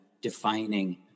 defining